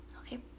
Okay